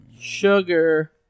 sugar